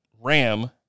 Ram